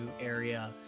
area